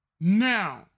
Now